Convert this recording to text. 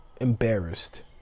embarrassed